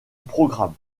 programme